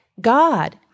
God